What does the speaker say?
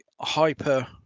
hyper